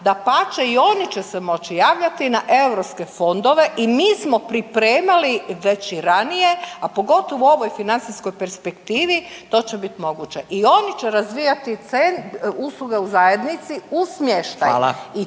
dapače i oni će se moći javljati na europske fondove i mi smo pripremali već i ranije, a pogotovo u ovoj financijskoj perspektivi to će biti moguće i oni će razvijati …/nerazumljivo/… usluge u zajednici u smještaj